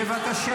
בבקשה,